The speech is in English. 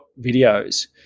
videos